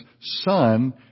son